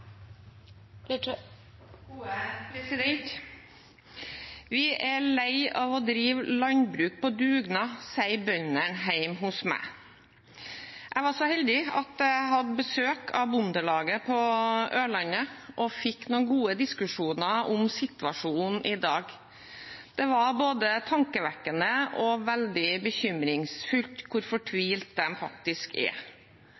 lei av å drive landbruk på dugnad, sier bøndene hjemme hos meg. Jeg var så heldig å ha besøk av Bondelaget på Ørland og fikk noen gode diskusjoner om situasjonen i dag. Det var både tankevekkende og veldig bekymringsfullt å høre hvor